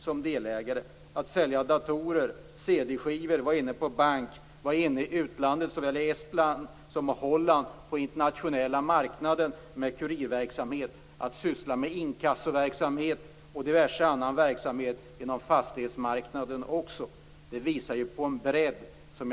Det gäller att sälja datorer och CD skivor, vara inne på bankverksamhet, att vara inne i utlandet, såväl i Estland som i Holland, att vara inne på den internationella marknaden med kurirverksamhet, att syssla med inkassoverksamhet och diverse annan verksamhet inom fastighetsmarknaden. Allt detta visar på en väldig bredd.